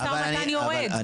כי המשא ומתן יורד.